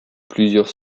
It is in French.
plusieurs